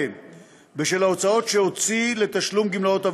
בשל ההוצאות שהוציא לתשלום גמלאות עבורם.